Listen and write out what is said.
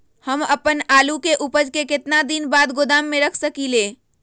हम अपन आलू के ऊपज के केतना दिन बाद गोदाम में रख सकींले?